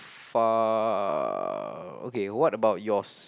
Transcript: ~pha okay what about yours